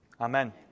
Amen